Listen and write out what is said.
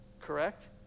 Correct